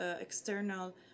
external